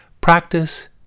practice